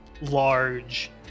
large